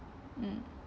mm